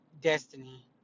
destiny